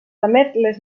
les